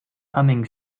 humming